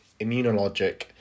immunologic